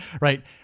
right